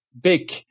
big